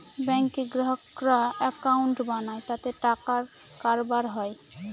ব্যাঙ্কে গ্রাহকরা একাউন্ট বানায় তাতে টাকার কারবার হয়